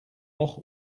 noch